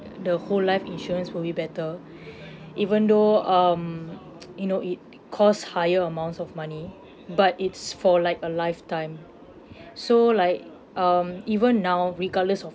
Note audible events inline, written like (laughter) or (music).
the whole life insurance will be better even though um (noise) you know it cost higher amounts of money but it's for like a lifetime so like um even now regardless of